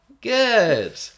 Good